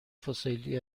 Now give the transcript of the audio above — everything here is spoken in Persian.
فسیلی